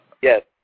yes